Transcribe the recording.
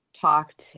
Talked